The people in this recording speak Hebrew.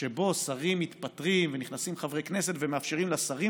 שבו שרים מתפטרים ונכנסים חברי כנסת שמאפשרים לשרים